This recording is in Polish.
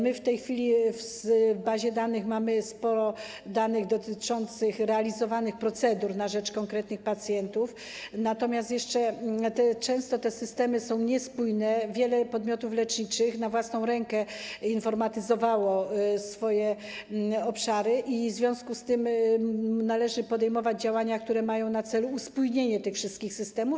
My w tej chwili w bazie danych mamy sporo danych dotyczących realizowanych procedur na rzecz konkretnych pacjentów, natomiast jeszcze często te systemy są niespójne, wiele podmiotów leczniczych na własną rękę informatyzowało swoje obszary i w związku z tym należy podejmować działania, które mają na celu uspójnienie tych wszystkich systemów.